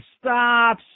stop